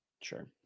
Sure